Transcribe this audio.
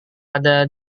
ada